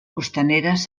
costaneres